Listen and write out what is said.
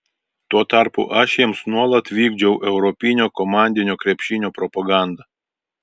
tuo tarpu aš jiems nuolat vykdžiau europinio komandinio krepšinio propagandą